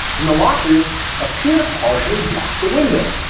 and the lockers appear to partially block the window.